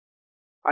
n b